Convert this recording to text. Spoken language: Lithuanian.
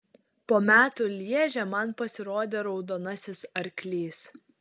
po metų lježe man pasirodė raudonasis arklys